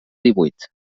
divuit